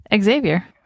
Xavier